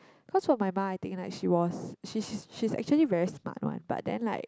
cause for my ma I think like she was she she's actually very smart one but then like